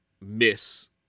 Miss